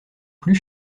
plus